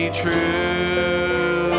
true